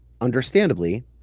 understandably